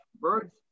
birds